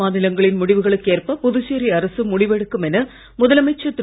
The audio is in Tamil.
மாநிலங்களின் முடிவுகளுக்கு ஏற்ப புதுச்சேரி அரசு முடிவெடுக்கும் என முதலமைச்சர் திரு